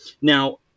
Now